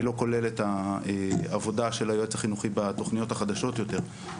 לא כולל את העבודה של היועץ החינוכי בתוכניות החדשות יותר,